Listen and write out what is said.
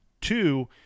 Two